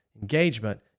engagement